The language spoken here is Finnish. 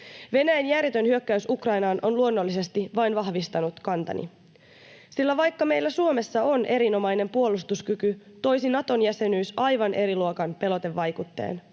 Venäjän järjetön hyökkäys Ukrainaan on luonnollisesti vain vahvistanut kantaani, sillä vaikka meillä Suomessa on erinomainen puolustuskyky, toisi Nato-jäsenyys aivan eri luokan pelotevaikutteen,